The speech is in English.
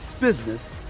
business